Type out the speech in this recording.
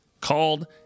called